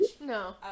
no